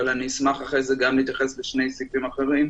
אבל אני אשמח אחרי זה גם להתייחס לשני סעיפים אחרים,